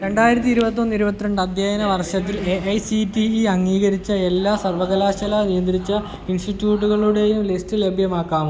രണ്ടായിരത്തി ഇരുപത്തൊന്ന് ഇരുപത്തിരണ്ട് അധ്യയന വർഷത്തിൽ A I C T E അംഗീകരിച്ച എല്ലാ സർവകലാശാല നിയന്ത്രിച്ച ഇൻസ്റ്റിട്യൂട്ടുകളുടെയും ലിസ്റ്റ് ലഭ്യമാക്കാമോ